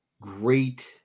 great